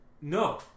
No